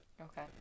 okay